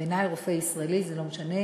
ובעיני רופא ישראלי, לא משנה